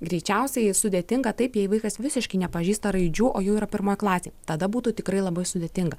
greičiausiai sudėtinga taip jei vaikas visiškai nepažįsta raidžių o jau yra pirmoj klasėj tada būtų tikrai labai sudėtinga